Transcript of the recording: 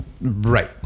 Right